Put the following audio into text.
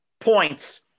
points